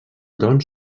doncs